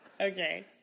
Okay